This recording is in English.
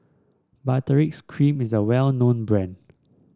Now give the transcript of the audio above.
Baritex Cream is a well known brand